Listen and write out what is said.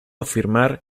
afirmar